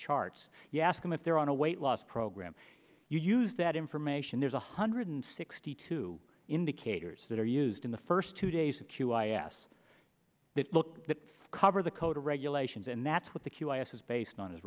charts you ask them if they're on a weight loss program you use that information there's one hundred sixty two indicators that are used in the first two days of q i s that book that cover the code of regulations and that's what the q o s is based on is